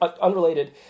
unrelated